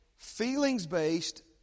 Feelings-based